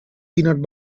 peanut